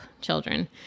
children